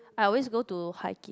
I always go to